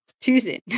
Tuesday